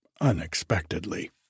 unexpectedly